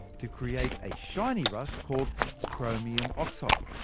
to create a shiny rust called chromium oxide.